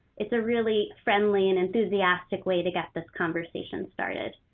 it's a really friendly and enthusiastic way to get this conversation started.